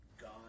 God